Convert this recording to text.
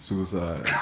Suicide